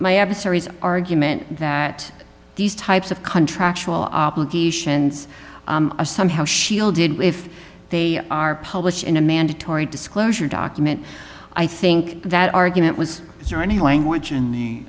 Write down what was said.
my adversaries argument that these types of contractual obligations are somehow shielded if they are published in a mandatory disclosure document i think that argument was there any language